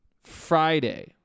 friday